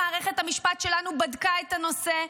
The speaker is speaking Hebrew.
מערכת המשפט שלנו בדקה את הנושא,